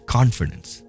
Confidence